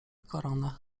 koronach